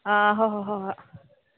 ꯍꯣ ꯍꯣ ꯍꯣ ꯍꯣ